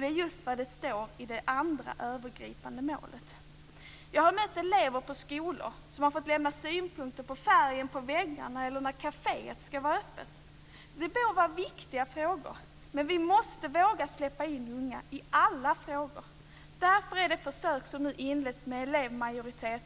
Det är just vad det står i det andra övergripande målet. Jag har mött elever i skolor som har fått lämna synpunkter på färgen på väggarna eller när kaféet ska vara öppet. Det må vara viktiga frågor, men vi måste våga släppa in unga i alla frågor. Därför är det försök som inletts med elevmajoritet